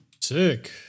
Sick